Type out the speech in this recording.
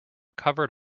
covered